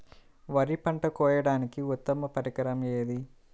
వరి పంట కోయడానికి ఉత్తమ పరికరం ఏది?